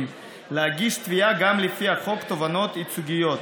להגיש תביעה גם לפי חוק תובענות ייצוגיות.